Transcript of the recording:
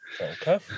Okay